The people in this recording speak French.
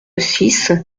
six